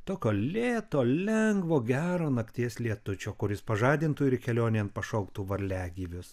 tokio lėto lengvo gero nakties lietučio kuris pažadintų ir kelionėn pašauktų varliagyvius